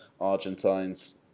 Argentines